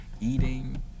eating